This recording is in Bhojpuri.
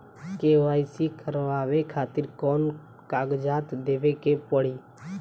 के.वाइ.सी करवावे खातिर कौन कौन कागजात देवे के पड़ी?